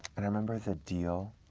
and i remember the deal